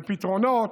בפתרונות,